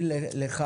בנשיאות.